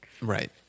Right